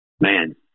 man